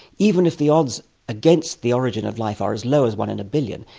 even if the odds against the origin of life are as low as one in a billion,